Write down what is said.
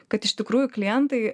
kad iš tikrųjų klientai